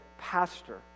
pastor